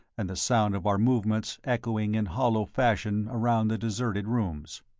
and the sound of our movements echoing in hollow fashion around the deserted rooms.